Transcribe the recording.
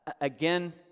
Again